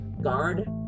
guard